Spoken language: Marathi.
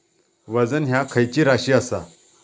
वजन ह्या खैची राशी असा?